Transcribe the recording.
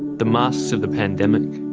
the masks of the pandemic.